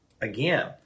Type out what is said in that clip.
again